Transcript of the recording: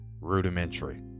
rudimentary